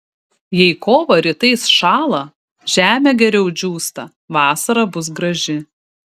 jei kovą rytais šąla žemė geriau džiūsta vasara bus graži